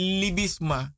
libisma